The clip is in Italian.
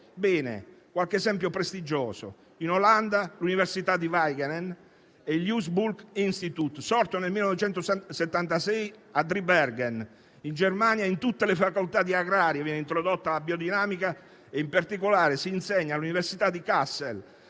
Qualche esempio prestigioso: in Olanda l'Università di *Wageningen e* il Louis Bolk *Institut* sorto nel 1976 a *Driebergen;* in Germania, in tutte le facoltà di agraria viene introdotta la biodinamica e in particolare si insegna all'Università di Kassel,